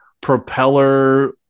propeller